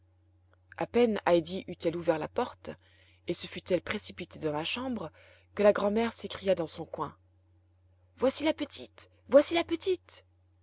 a peine heidi eut-elle ouvert la porte et se fut-elle précipitée dans la chambre que la grand'mère s'écria dans son coin voici la petite voici la petite